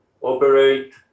operate